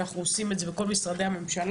אנחנו עושים את זה בכל משרדי הממשלה,